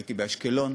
הייתי באשקלון,